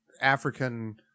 African